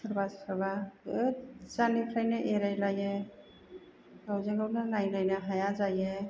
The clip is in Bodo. सोरबा सोरबा गोजाननिफ्रायनो एरायलायो गावजों गावनो नायलायनो हाया जायो